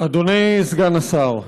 אדוני סגן השר,